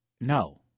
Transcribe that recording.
No